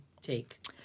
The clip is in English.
take